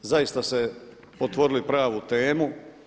Zaista ste otvorili pravu temu.